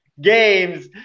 games